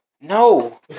No